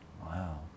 Wow